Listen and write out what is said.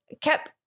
Kept